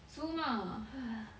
Zoom ah !hais!